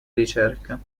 ricerca